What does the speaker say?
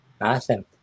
Awesome